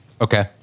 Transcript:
Okay